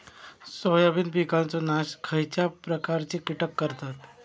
Soybean पिकांचो नाश खयच्या प्रकारचे कीटक करतत?